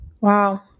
Wow